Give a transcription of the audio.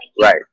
right